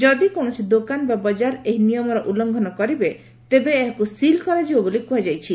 ଯଦି କୌଣସି ଦୋକାନ ବା ବଜାର ଏହି ନିୟମର ଉଲ୍ଲଂଘନ କରିବେ ତେବେ ଏହାକୁ ସିଲ କରାଯିବ ବୋଲିକୁହାଯାଇଛି